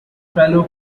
fellow